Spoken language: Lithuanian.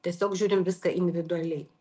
tiesiog žiūrim viską individualiai